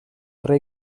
tra